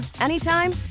anytime